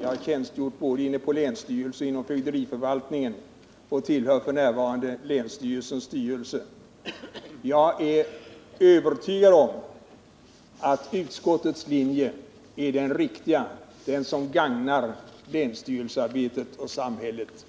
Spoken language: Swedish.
Jag har tjänstgjort på länsstyrelsen och inom fögderiförvaltningen och tillhör f. n. länsstyrelsens styrelse. Jag är övertygad om att utskottets linje är den riktiga och den som gagnar länsstyrelsearbetet och samhället